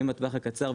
אם בטווח הקצר,